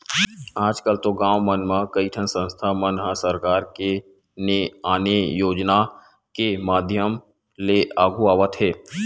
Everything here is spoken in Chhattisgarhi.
आजकल तो गाँव मन म कइठन संस्था मन ह सरकार के ने आने योजना के माधियम ले आघु आवत हे